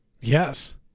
Yes